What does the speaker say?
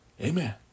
Amen